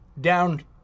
down